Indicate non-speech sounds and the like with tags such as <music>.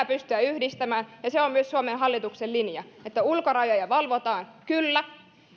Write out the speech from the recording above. <unintelligible> pystyä yhdistämään se on myös suomen hallituksen linja että ulkorajoja valvotaan kyllä